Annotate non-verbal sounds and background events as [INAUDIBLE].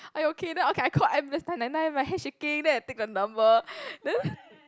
are you okay then okay I called ambulance nine nine nine my hand shaking then I take the number [BREATH] then